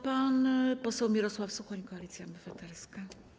Pan poseł Mirosław Suchoń, Koalicja Obywatelska.